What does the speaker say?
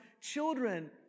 children